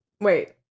wait